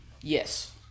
Yes